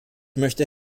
möchte